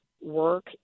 work